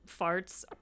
farts